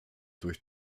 durch